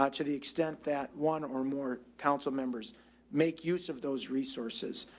ah to the extent that one or more council members make use of those resources.